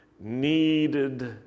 needed